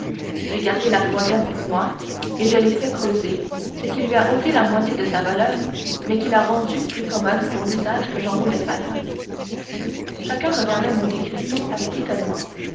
j'ai gardé la troisième pour moi et je l'ai fait creuser ce qui lui a ôté la moitié de sa valeur mais ce qui l'a rendue plus commode pour l'usage que j'en voulais faire chacun regardait monte cristo avec étonnement